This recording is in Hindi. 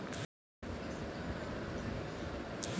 बैंक मित्र के जरिए अपने पैसे को कैसे निकालें?